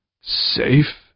Safe